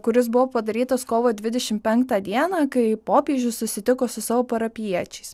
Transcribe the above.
kuris buvo padarytas kovo dvidešim penktą dieną kai popiežius susitiko su savo parapijiečiais